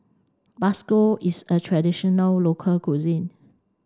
bakso is a traditional local cuisine